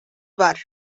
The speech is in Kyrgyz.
бар